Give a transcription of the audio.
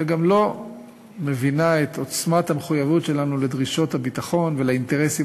וגם לא מבינה את עוצמת המחויבות שלנו לדרישות הביטחון ולאינטרסים